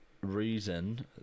reason